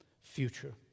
future